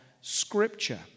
Scripture